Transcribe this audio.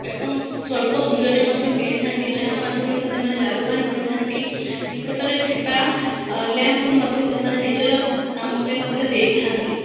ଏବଂ ସ୍ୱଳ୍ପ ମୂଲ୍ୟରେ ମଧ୍ୟ କିଣିଥାନ୍ତି ଯାହା ମାଧ୍ୟମରେ କି ସେମାନେ ଲାଭବାନ ହୋଇଥାନ୍ତି ନିକଟରେ ଥିବା ଲ୍ୟାମ୍ପକୁ ମଧ୍ୟ ସେମାନେ ନିଜର ସାମଗ୍ରୀ ମଧ୍ୟ ଦେଇଥାନ୍ତି